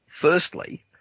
Firstly